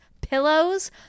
pillows